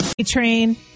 Train